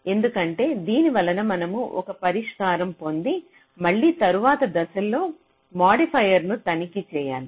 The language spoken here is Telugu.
ఎందుకంటే దీనివలన మనము ఒక పరిష్కారం పొంది మళ్ళీ తరువాత దశలో మాడిఫైయర్ను తనిఖీ చేయాలి